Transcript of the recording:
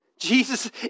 Jesus